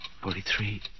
forty-three